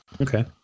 Okay